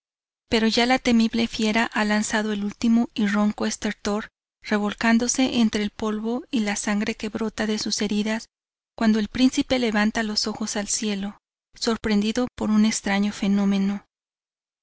pero ya la temible fiera ha lanzado el ultimo y ronco estertor revolcándose entre el polvo y la sangre que brota de sus heridas cuando el príncipe levanta los ojos al cielo sorprendido por un extraño fenómeno